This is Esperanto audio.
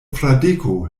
fradeko